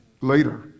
later